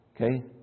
Okay